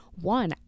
one